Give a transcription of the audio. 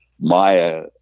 Maya